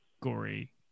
gory